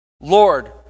Lord